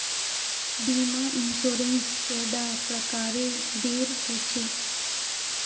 बीमा इंश्योरेंस कैडा प्रकारेर रेर होचे